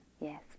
yes